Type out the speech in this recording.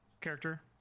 character